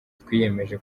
twiyemeje